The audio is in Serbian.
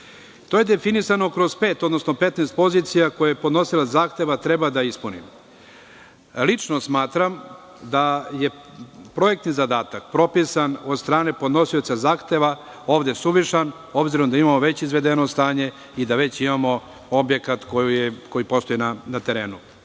To je definisano kroz pet, odnosno 15 pozicija koje podnosilac zahteva treba da ispuni. Lično smatram da je projektni zadatak propisan od strane podnosioca zahteva ovde suvišan, obzirom da imamo već izvedeno stanje i da već imamo objekat koji postoji na